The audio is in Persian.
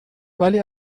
ولی